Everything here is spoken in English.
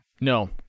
No